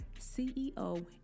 CEO